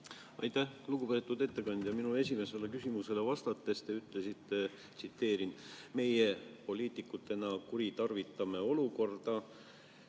Aitäh! Lugupeetud ettekandja! Minu esimesele küsimusele vastates te ütlesite (ma tsiteerin), et meie poliitikutena kuritarvitame olukorda.